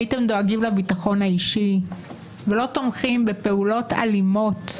הייתם דואגים לביטחון האישי ולא תומכים בפעולות אלימות,